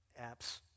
apps